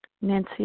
Nancy